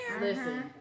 Listen